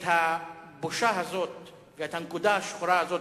את הבושה הזאת ואת הנקודה השחורה הזאת